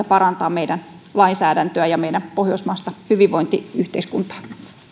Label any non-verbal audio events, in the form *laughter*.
*unintelligible* parantaa meidän lainsäädäntöämme ja meidän pohjoismaista hyvinvointiyhteiskuntaamme